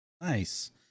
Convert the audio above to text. nice